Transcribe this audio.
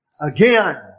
Again